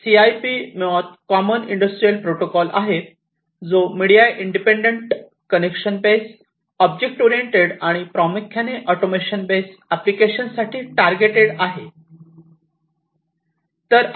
तर सीआयपी मुळात common industrial protocol आहे जो media independent connection base object oriented आणि प्रामुख्याने ऑटोमेशन बेस एप्लीकेशन साठी टार्गेटेड आहे